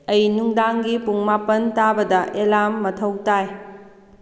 ꯑꯩ ꯅꯨꯡꯗꯥꯡꯒꯤ ꯄꯨꯡ ꯃꯥꯄꯟ ꯇꯥꯕꯗ ꯑꯦꯂꯥꯝ ꯃꯊꯧ ꯇꯥꯏ